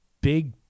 big